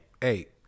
Hey